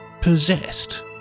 possessed